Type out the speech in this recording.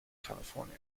california